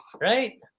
right